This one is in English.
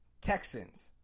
Texans